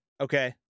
Okay